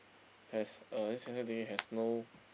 has uh this heng suay thingy has no